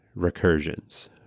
recursions